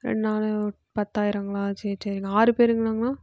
ரெண்டு நாள் பத்தாயிரங்களா சரி சரிண்ணா ஆறு பேருங்கனாண்ணா